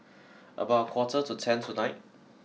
about a quarter to ten tonight